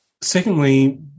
secondly